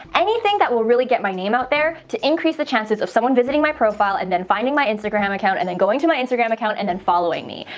anything that will really get my name out there to increase the chances of someone visiting my profile and then finding my instagram account and then going to my instagram account and then following me.